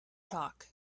talk